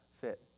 fit